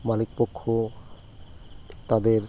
মালিকপক্ষ তাদের